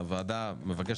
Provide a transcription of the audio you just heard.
הוועדה מבקשת,